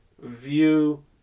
view